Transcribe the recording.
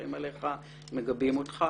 סומכים עליך ומגבים אותך.